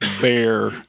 bear